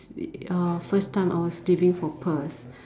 uh first time I was leaving for Perth